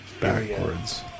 backwards